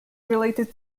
related